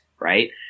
Right